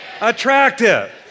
attractive